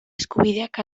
eskubideak